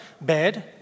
bad